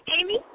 Amy